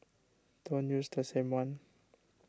don't use the same one